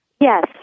Yes